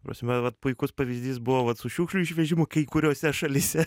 prasme vat puikus pavyzdys buvo vat su šiukšlių išvežimu kai kuriose šalyse